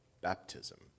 baptism